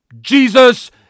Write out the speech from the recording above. Jesus